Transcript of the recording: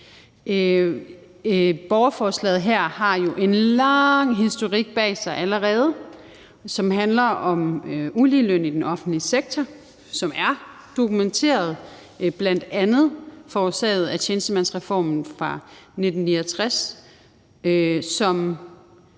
Borgerforslaget her har jo allerede en lang historik bag sig, som handler om uligeløn i den offentlige sektor, som er dokumenteret, bl.a. forårsaget af tjenestemandsreformen fra 1969, som